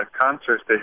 concerts